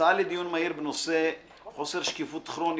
אנחנו בדיון מהיר בנושא חוסר שקיפות כרוני